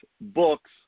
books